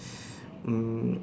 um